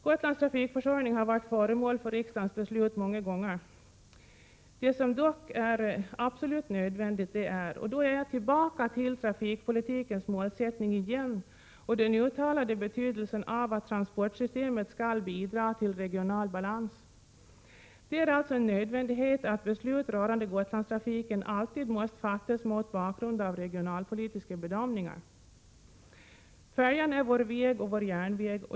Gotlands trafikförsörjning har varit föremål för riksdagens beslut många gånger. Det som dock är absolut nödvändigt — och då är jag tillbaka till trafikpolitikens målsättning och den uttalade betydelsen av att transportsystemet skall bidra till regional balans — är alltså att beslut rörande Gotlandstrafiken alltid måste fattas mot bakgrund av regionalpolitiska bedömningar. Färjan är vår väg och vår järnväg.